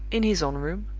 in his own room.